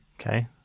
Okay